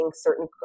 certain